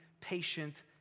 patient